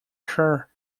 sure